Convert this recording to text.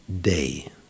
day